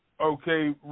Okay